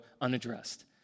unaddressed